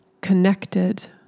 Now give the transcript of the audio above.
connected